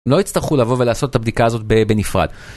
לא הצטרכו לבוא ולעשות את הבדיקה הזאת בנפרד.